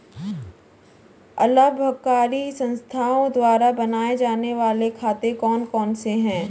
अलाभकारी संस्थाओं द्वारा बनाए जाने वाले खाते कौन कौनसे हैं?